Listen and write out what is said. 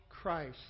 Christ